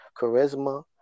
charisma